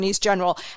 General